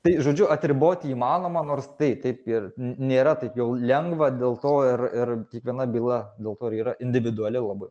tai žodžiu atribot įmanoma nors tai taip ir n nėra taip jau lengva dėl to ir ir kiekviena byla dėl to ir yra individuali labai